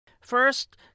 First